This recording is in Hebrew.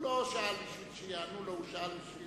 הוא לא שאל בשביל שיענו לו, הוא שאל בשביל